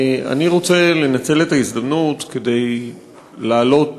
אני רוצה לנצל את ההזדמנות כדי להעלות